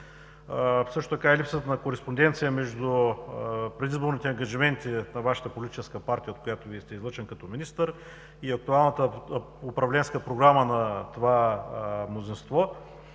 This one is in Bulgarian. Също така липсата на кореспонденция между предизборните ангажименти на Вашата политическа партия, от която Вие сте излъчен като министър, и актуалната управленска програма на това мнозинство,